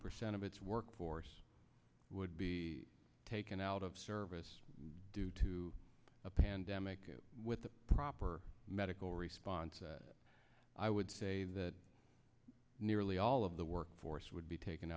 percent of its workforce would be taken out of service due to a pandemic with the proper medical response i would say that nearly all of the work force would be taken